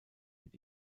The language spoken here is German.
mit